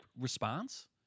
response